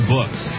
Books